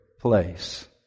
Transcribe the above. place